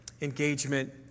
engagement